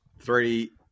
three